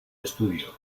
estudio